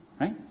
Right